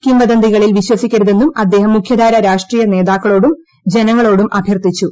കിംവദന്തികളിൽ വിശ്വസിക്കരുതെന്നും അദ്ദേഹം മുഖ്യധാരാ രാഷ്ട്രീയ നേതാക്കളോടും ജനങ്ങളോടും അഭ്യർത്ഥിച്ചു